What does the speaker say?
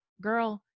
Girl